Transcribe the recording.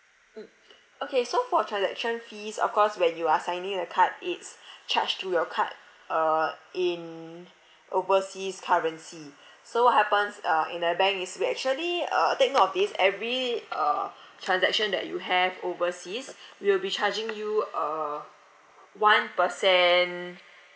mm okay so for transaction fees of course when you are signing a card it's charged to your card uh in overseas currency so what happens uh in the bank is we actually uh take note of this every uh transaction that you have overseas we will be charging you uh one percent